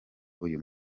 uyu